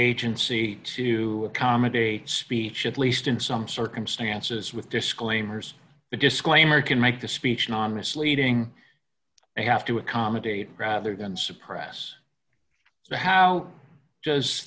agency to accommodate speech at least in some circumstances with disclaimers the disclaimer can make the speech non misleading they have to accommodate rather than suppress so how does